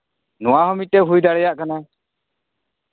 ᱱᱚᱣᱟ ᱦᱚᱸ ᱢᱤᱫᱴᱮᱱ ᱦᱩᱭ ᱫᱟᱲᱮᱭᱟᱜ ᱠᱟᱱᱟ